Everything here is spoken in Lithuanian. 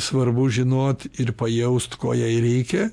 svarbu žinot ir pajaust ko jai reikia